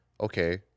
okay